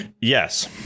Yes